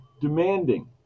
demanding